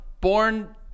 Born